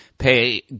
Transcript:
pay